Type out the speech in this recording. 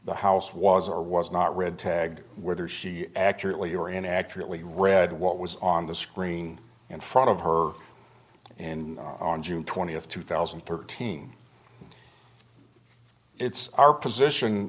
the house was or was not red tagged whether she accurately or in accurately read what was on the screen in front of her and on june twentieth two thousand and thirteen it's our position